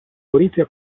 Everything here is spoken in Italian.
gorizia